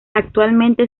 actualmente